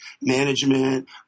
management